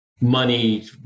money